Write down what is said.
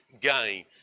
gain